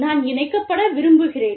நான் இணைக்கப்பட விரும்புகிறேன்